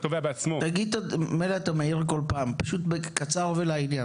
תגיד קצר ולעניין.